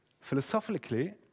philosophically